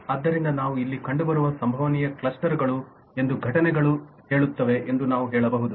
ಆದ್ದರಿಂದ ಇವು ಇಲ್ಲಿ ಕಂಡುಬರುವ ಸಂಭವನೀಯ ಕ್ಲಸ್ಟರ್ಗಳು ಎಂದು ಘಟನೆಗಳು ಹೇಳುತ್ತವೆ ಎಂದು ನಾವು ಹೇಳಬಹುದು